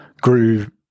grew